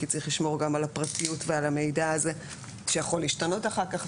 כי צריך לשמור גם על הפרטיות ועל המידע הזה שיכול להשתנות אחר כך,